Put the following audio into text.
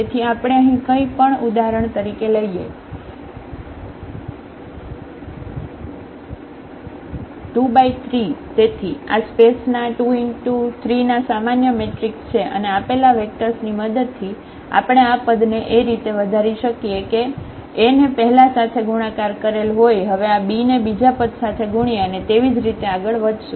તેથી આપણે અહીં કઈ પણ ઉદાહરણ તરીકે લઈએ 23 તેથી આ સ્પેસના 23 ના સામાન્ય મેટ્રિક્સ છે અને આપેલા વેક્ટર્સ ની મદદ થી આપણે આ પદ ને એ રીતે વધારી શકીએ કે a ને પહેલા સાથે ગુણાકાર કરેલ હોય હવે આ b ને બીજા પદ સાથે ગુણીએ અને તેવીજ રીતે આગળ વધશું